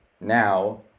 now